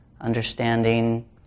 understanding